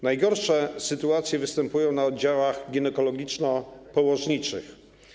Najgorsze sytuacje występują na oddziałach ginekologiczno-położniczych.